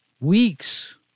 weeks